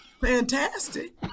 fantastic